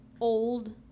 old